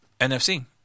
NFC